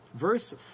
Verse